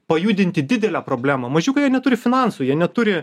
pajudinti didelę problemą mažiukai jie neturi finansų jie neturi